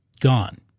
gone